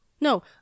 No